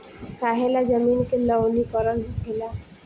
काहें ला जमीन के लवणीकरण होखेला